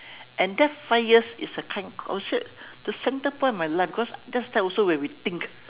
and that five years is a kind I will say the center point of my life cause that is also when we think